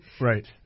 Right